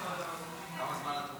כמה זמן את רוצה?